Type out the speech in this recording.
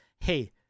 hey